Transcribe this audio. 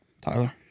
Tyler